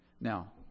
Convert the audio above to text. Now